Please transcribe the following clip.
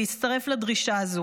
להצטרף לדרישה הזו.